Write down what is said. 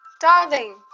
Darling